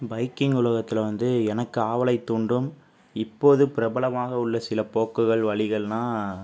biking உலகத்தில் வந்து எனக்கு ஆவலை தூண்டும் இப்போது பிரபலமாக உள்ள சில போக்குகள் வழிகள்னால்